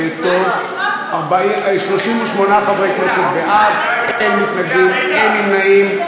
38 חברי כנסת בעד, אין מתנגדים, אין נמנעים.